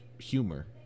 humor